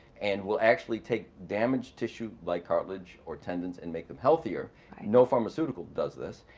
and will actually take damaged tissue like cartilage or tendons and make them healthier no pharmaceutical does this.